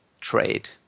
trade